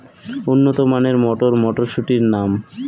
উন্নত মানের মটর মটরশুটির নাম?